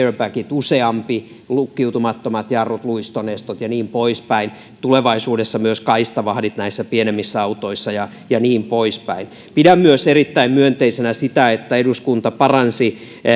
useampi airbag lukkiutumattomat jarrut luistonestot ja niin poispäin tulevaisuudessa myös kaistavahdit näissä pienemmissä autoissa ja ja niin poispäin pidän myös erittäin myönteisenä sitä että eduskunta paransi